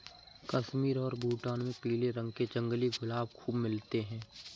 कश्मीर और भूटान में पीले रंग के जंगली गुलाब खूब मिलते हैं